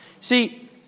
See